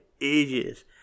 ages